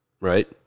right